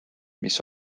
mis